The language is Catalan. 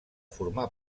formar